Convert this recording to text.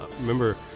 remember